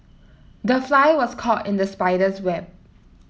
the fly was caught in the spider's web